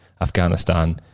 Afghanistan